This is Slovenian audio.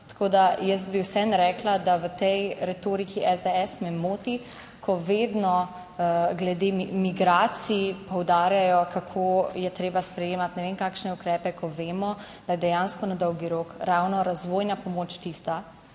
Tako da jaz bi vseeno rekla, da v tej retoriki SDS me moti, ko vedno glede migracij poudarjajo, kako je treba sprejemati ne vem kakšne ukrepe, ko vemo, da je dejansko na dolgi rok ravno razvojna pomoč tista,